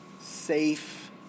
safe